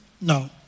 No